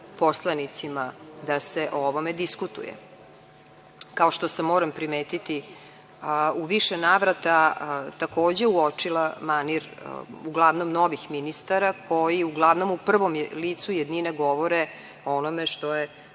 poslanicima da se o ovome diskutuje, kao što sam, moram primetiti u više navrata, takođe, uočila manir uglavnom novih ministara, koji uglavnom u prvom licu jednine govore o onome što je